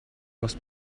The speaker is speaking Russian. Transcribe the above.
вас